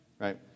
right